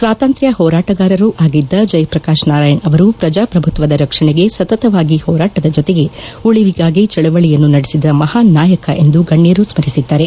ಸ್ವಾತಂತ್ರ್ವ ಹೋರಾಟಗಾರರು ಆಗಿದ್ದ ಜಯಪ್ರಕಾಶ್ ನಾರಾಯಣ ಅವರು ಪ್ರಜಾಪ್ರಭುತ್ತದ ರಕ್ಷಣೆಗೆ ಸತತವಾಗಿ ಹೋರಾಟದ ಜತೆಗೆ ಉಳಿವಿಗಾಗಿ ಚಳವಳಿಯನ್ನು ನಡೆಸಿದ ಮಹಾನ್ ನಾಯಕ ಎಂದು ಗಣ್ಣರು ಸ್ಕರಿಸಿದ್ದಾರೆ